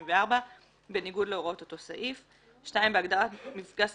1984 בניגוד להוראות אותו סעיף,"; (2) בהגדרה "מפגע סביבתי",